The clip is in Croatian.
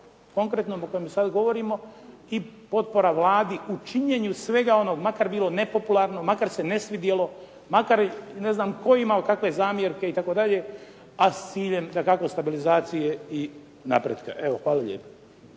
konkretno o kojem sad govorimo i potpora Vladi u činjenju svega onog, makar bilo nepopularno, makar se ne svidjelo, makar ne znam tko imao kakve zamjerke itd., a s ciljem dakako stabilizacije i napretka. Evo hvala lijepa.